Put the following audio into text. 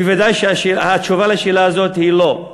ודאי שהתשובה על השאלה הזאת היא לא.